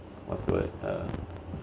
what's the word uh